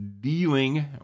dealing